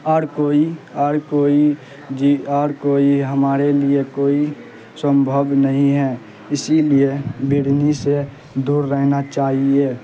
اور کوئی اور کوئی جی اور کوئی ہمارے لیے کوئی سمبھو نہیں ہے اسی لیے بڑھنی سے دور رہنا چاہیے